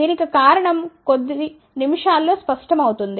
దీనికి కారణం కొద్ది నిమిషాల్లో స్పష్టమవుతుంది